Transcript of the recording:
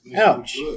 Ouch